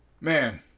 Man